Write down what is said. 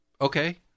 okay